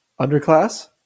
Underclass